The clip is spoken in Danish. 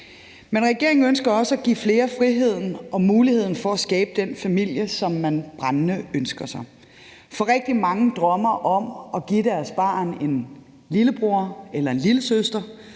Men regeringen ønsker også at give flere friheden og muligheden for at skabe den familie, som man brændende ønsker sig. Rigtig mange drømmer om at give deres barn en lillebror eller en lillesøster,